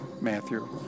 Matthew